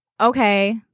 okay